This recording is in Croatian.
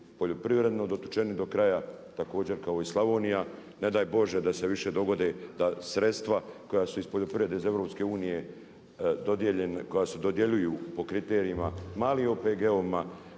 poljoprivredno dotučeni do kraja također kao i Slavonija. Ne daj Bože da se više dogode da sredstva koja su iz poljoprivrede, iz Europske unije, koja se dodjeljuju po kriterijima malim OPG-ovima